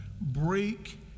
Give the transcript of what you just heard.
break